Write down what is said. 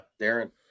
Darren